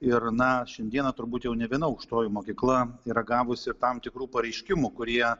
ir na šiandieną turbūt jau ne viena aukštoji mokykla yra gavusi tam tikrų pareiškimų kurie